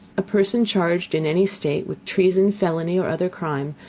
a person charged in any state with treason, felony, or other crime,